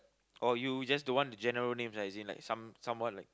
or you just don't want the general names ah as in like some~ somewhat like